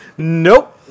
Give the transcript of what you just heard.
Nope